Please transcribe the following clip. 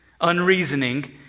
unreasoning